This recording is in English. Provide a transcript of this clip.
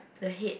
the head